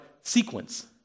sequence